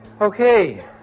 Okay